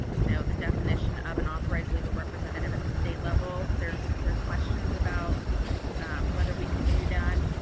you know the definition of an authorized legal representative at the state level there's there's questions about whether we could do that?